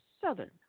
Southern